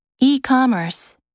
E-commerce